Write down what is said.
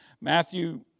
Matthew